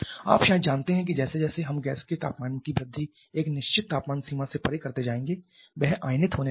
आप शायद जानते हैं कि जैसे जैसे हम गैस के तापमान की वृद्धि एक निश्चित तापमान सीमा से परे करते जाएंगे वह आयनित होने लगती है